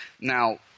Now